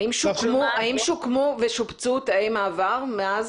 האם שוקמו ושופצו תאי מעבר מאז?